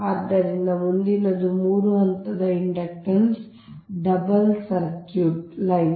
ಆದ್ದರಿಂದ ಮುಂದಿನದು 3 ಹಂತದ ಇಂಡಕ್ಟನ್ಸ್ ಡಬಲ್ ಸರ್ಕ್ಯೂಟ್ ಲೈನ್